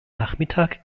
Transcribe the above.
nachmittag